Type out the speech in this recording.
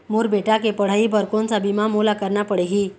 मोर बेटा के पढ़ई बर कोन सा बीमा मोला करना पढ़ही?